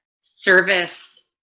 service